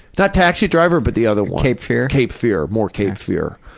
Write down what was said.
not taxi driver but the other one. cape fear? cape fear, more cape fear.